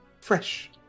Fresh